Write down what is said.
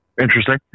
Interesting